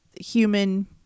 human